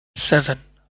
seven